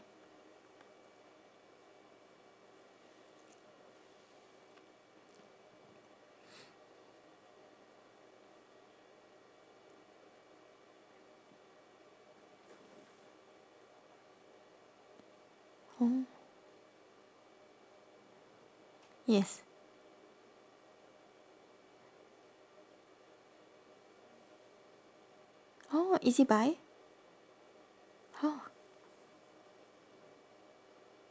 oh ezbuy oh